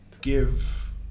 Give